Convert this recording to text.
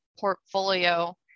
portfolio